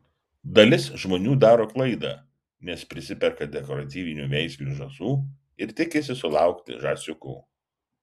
dalis žmonių daro klaidą nes prisiperka dekoratyvinių veislių žąsų ir tikisi sulaukti žąsiukų